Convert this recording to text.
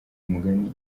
umugani